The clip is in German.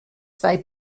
zwei